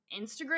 Instagram